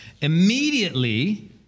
Immediately